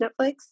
Netflix